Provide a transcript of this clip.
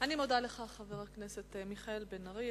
אני מודה לך, חבר הכנסת מיכאל בן-ארי.